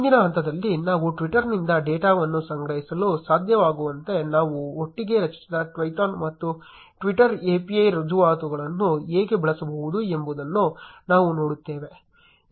ಮುಂದಿನ ಹಂತದಲ್ಲಿ ನಾವು ಟ್ವಿಟ್ಟರ್ನಿಂದ ಡೇಟಾವನ್ನು ಸಂಗ್ರಹಿಸಲು ಸಾಧ್ಯವಾಗುವಂತೆ ನಾವು ಒಟ್ಟಿಗೆ ರಚಿಸಿದ Twython ಮತ್ತು twitter API ರುಜುವಾತುಗಳನ್ನು ಹೇಗೆ ಬಳಸಬಹುದು ಎಂಬುದನ್ನು ನಾವು ನೋಡುತ್ತೇವೆ